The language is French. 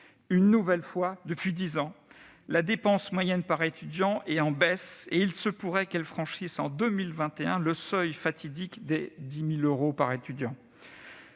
chaque année depuis dix ans, la dépense moyenne par étudiant est en baisse ; il se pourrait qu'elle franchisse, en 2021, le seuil fatidique des 10 000 euros.